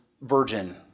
virgin